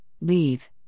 leave